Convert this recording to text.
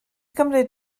gymryd